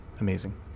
Amazing